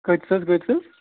کٍتِس حظ کٍتِس حظ